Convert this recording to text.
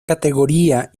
categoría